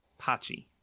pachi